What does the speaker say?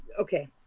okay